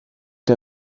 der